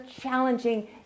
challenging